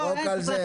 יש חוק על זה?